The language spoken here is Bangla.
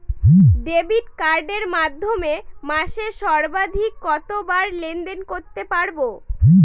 ডেবিট কার্ডের মাধ্যমে মাসে সর্বাধিক কতবার লেনদেন করতে পারবো?